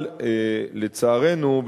אבל לצערנו,